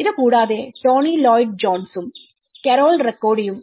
ഇത് കൂടാതെ Tony Lloyd ജോൺസും കരോൾ റക്കോഡിയും